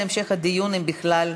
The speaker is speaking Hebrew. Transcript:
אם בכלל,